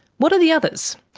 what are the others?